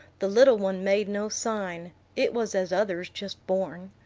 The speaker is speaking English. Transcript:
the little one made no sign it was as others just born.